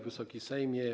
Wysoki Sejmie!